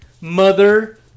Mother